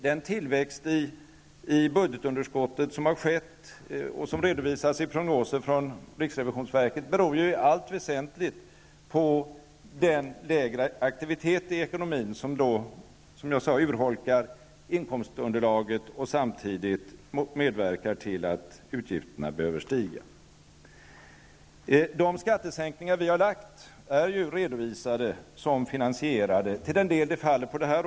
Den tillväxt av budgetunderskottet som har skett, och som redovisas i prognoser från riksrevisionsverket, beror i allt väsentligt på den lägre aktivitet i ekonomin som jag sade urholkar inkomstunderlaget och samtidigt medverkar till att utgifterna behöver stiga. De skattesänkningar som vi har lagt fram förslag om är ju redovisade som finansierade till den del som de faller på detta år.